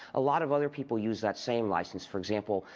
a lot of other people use that same license, for example,